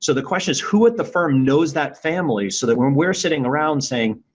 so the question is who at the firm knows that family so that when we're sitting around saying,